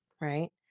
right